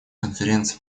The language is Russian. конференции